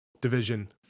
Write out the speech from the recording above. Division